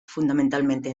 fundamentalmente